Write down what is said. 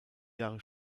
jahre